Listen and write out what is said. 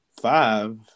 Five